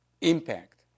impact